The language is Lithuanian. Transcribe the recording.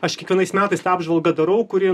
aš kiekvienais metais tą apžvalgą darau kuri